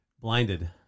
blinded